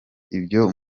ibyo